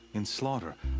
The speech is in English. in slaughter.